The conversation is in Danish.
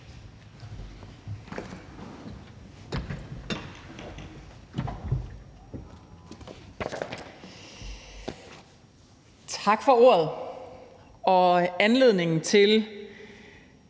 Tak for ordet og anledningen til